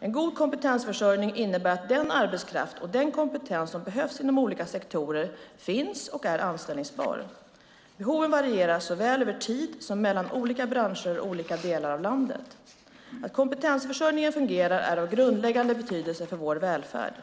En god kompetensförsörjning innebär att den arbetskraft och den kompetens som behövs inom olika sektorer finns och är anställningsbar. Behoven varierar såväl över tid som mellan olika branscher och olika delar av landet. Att kompetensförsörjningen fungerar är av grundläggande betydelse för vår välfärd.